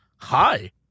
hi